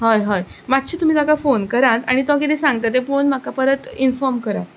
हय हय मातशें तुमी ताका फोन करात आनी तो कितें सांगता ते पळोवन म्हाका इनफोर्म करात